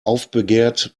aufbegehrt